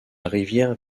rivière